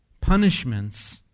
Punishments